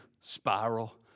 spiral